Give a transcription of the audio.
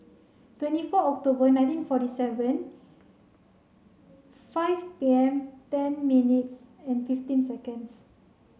twenty four October nineteen forty seven five P M ten minutes and fifteen seconds